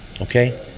Okay